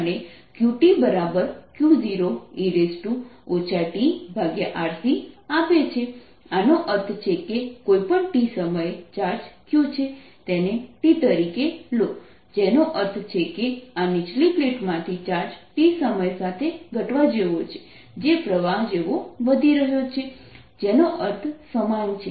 Q0QdQQ 0t dtCR lnQQ0 tRC QQ0e tRC આનો અર્થ છે કે કોઈપણ t સમયે ચાર્જ Q છે તેને t તરીકે લો જેનો અર્થ છે કે આ નીચલી પ્લેટમાંથી ચાર્જ t સમય સાથે ઘટવા જેવો છે જે પ્રવાહ જેવો વધી રહ્યો છે જેનો અર્થ સમાન છે